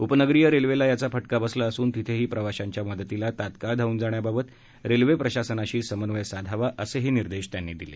उपनगरीय रेल्वेला याचा फटका बसला असून तिथंही प्रवाशांच्या मदतीला तात्काळ धावून जाण्याबाबत रेल्वे प्रशासनाशी समन्वय साधावा असेही त्यांनी निर्देश दिले